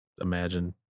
imagine